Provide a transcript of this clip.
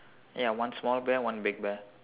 ya one small bear one big bear